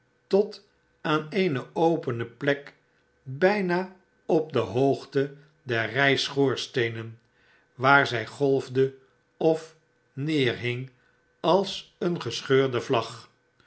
tot aan een opene plek bijna op de hoogte der rij schoorsteenen waar zij golfde of neerhing als een gescheurde vlag